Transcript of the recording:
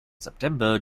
september